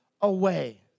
away